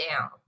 down